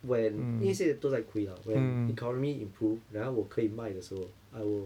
when 因为现在都在亏啦 when economy improve 然后我可以卖的时候 I will